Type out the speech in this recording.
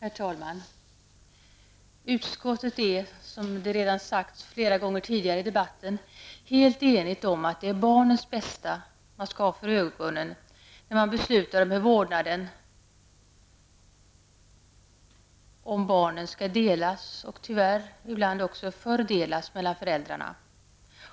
Herr talman! Utskottet är, som det redan sagts flera gånger i debatten, helt enigt om att det är barnens bästa som man skall ha för ögonen när man beslutar om hur vårdnaden om barnen skall delas och, tyvärr ibland, fördelas mellan föräldrarna